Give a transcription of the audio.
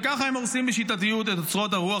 וככה הם הורסים בשיטתיות את אוצרות הרוח